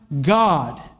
God